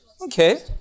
okay